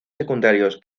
secundarios